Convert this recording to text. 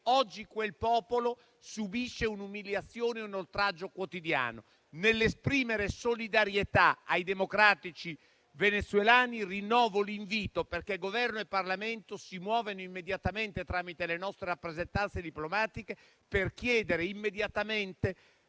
oggi quel popolo subisce un'umiliazione e un oltraggio quotidiano. Nell'esprimere solidarietà ai democratici venezuelani, rinnovo l'invito perché il Governo e il Parlamento si muovano immediatamente, tramite le nostre rappresentanze diplomatiche, per chiedere che sia